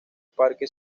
parque